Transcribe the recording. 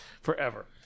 Forever